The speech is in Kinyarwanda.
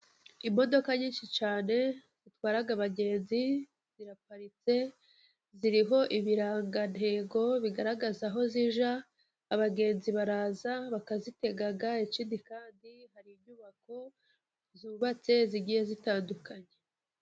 Imodoka nyinshi cyane zitwara abagenzi, ziraparitse ziriho ibirangantego bigaragaza aho zijya, abagenzi baraza bakazitega, ikindi kandi hari inyubako zubatse zigiye zitandukanye.